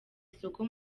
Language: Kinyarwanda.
isoko